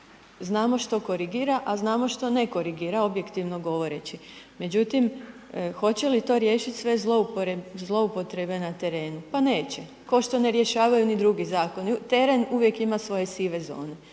Znamo što korigira a znamo što ne korigira objektivno govoreći. Međutim, hoće li to riješiti sve zloupotrebe na terenu? Pa neće kao što ne rješavaju ni drugi zakoni. Teren uvijek ima svoje sive zone